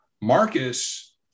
Marcus